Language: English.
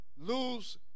lose